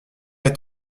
est